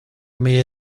may